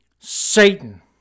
Satan